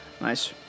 Nice